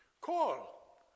Call